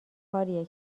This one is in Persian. کاریه